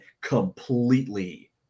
completely